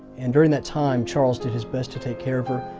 and during that time charles did his best to take care of her,